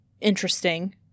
interesting